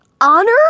Honor